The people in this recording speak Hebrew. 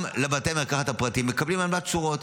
גם בתי המרקחת הפרטיים מקבלים עמלת שורות.